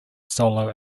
solo